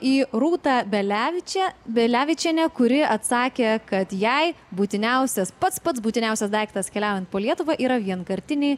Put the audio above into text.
į rūtą belevičę belevičienę kuri atsakė kad jai būtiniausias pats pats būtiniausias daiktas keliaujant po lietuvą yra vienkartiniai